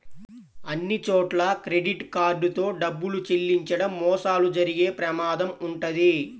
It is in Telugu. అన్నిచోట్లా క్రెడిట్ కార్డ్ తో డబ్బులు చెల్లించడం మోసాలు జరిగే ప్రమాదం వుంటది